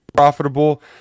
profitable